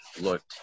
looked